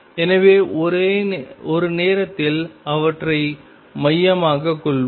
எனவே ஒரு நேரத்தில் அவற்றை மையமாகக் கொள்வோம்